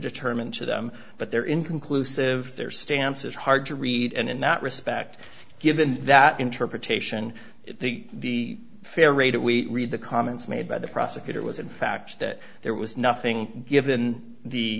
determine to them but they're inconclusive their stance is hard to read and in that respect given that interpretation the fair rate if we read the comments made by the prosecutor was in fact that there was nothing given the